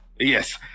Yes